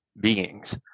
beings